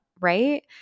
right